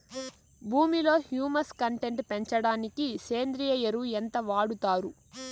భూమిలో humus content పెంచడానికి సేంద్రియ ఎరువు ఎంత వాడుతారు